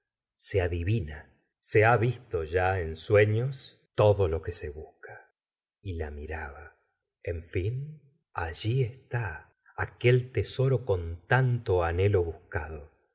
se adivina se ha visto ya en sueños todo lo que se busca y la miraba en fin allí está aquel tesoro con tanto anhelo buscado